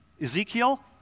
Ezekiel